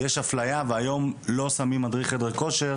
יש אפליה והיום לא שמים מדריך חדר כושר